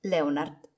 Leonard